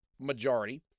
majority